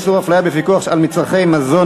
איסור הפליה בפיקוח על מצרכי מזון),